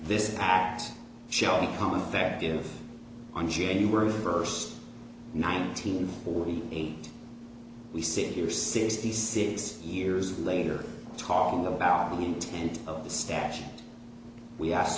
this act shall become affective on january first nineteen forty eight we sit here sixty six years later talking about the intent of the statute we asked